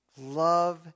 love